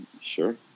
Sure